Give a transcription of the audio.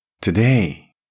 Today